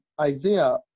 Isaiah